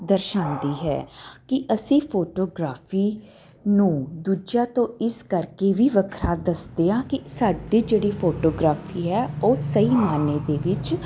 ਦਰਸ਼ਾਉਂਦੀ ਹੈ ਕਿ ਅਸੀਂ ਫੋਟੋਗਰਾਫੀ ਨੂੰ ਦੂਜਿਆਂ ਤੋਂ ਇਸ ਕਰਕੇ ਵੀ ਵੱਖਰਾ ਦੱਸਦੇ ਹਾਂ ਕਿ ਸਾਡੇ ਜਿਹੜੇ ਫੋਟੋਗ੍ਰਾਫੀ ਹੈ ਉਹ ਸਹੀ ਮਾਇਨੇ ਦੇ ਵਿੱਚ